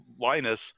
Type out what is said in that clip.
Linus –